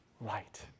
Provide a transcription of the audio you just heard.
light